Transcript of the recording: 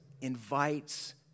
invites